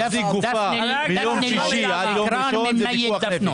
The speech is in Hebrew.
להחזיק גופה מיום שישי עד יום ראשון זה פיקוח נפש.